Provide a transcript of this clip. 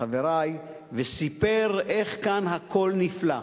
חברי, וסיפר איך כאן הכול נפלא,